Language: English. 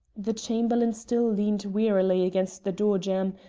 the chamberlain still leaned wearily against the door jamb,